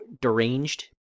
deranged